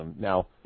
Now